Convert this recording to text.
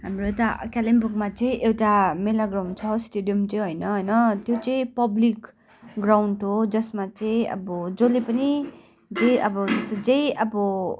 हाम्रो यता कालिम्पोङमा चाहिँ एउटा मेला ग्राउन्ड छ स्टेडियम चाहिँ होइन होइन त्यो चाहिँ पब्लिक ग्राउन्ड हो जसमा चाहिँ अब जसले पनि जे अब जस्तो जे हुन्छ नि अब